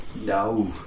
no